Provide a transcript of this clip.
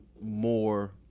more